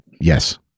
yes